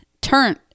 turn